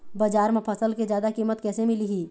बजार म फसल के जादा कीमत कैसे मिलही?